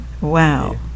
Wow